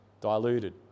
diluted